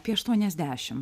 apie aštuoniasdešim